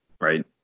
right